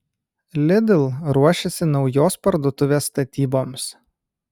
lidl ruošiasi naujos parduotuvės statyboms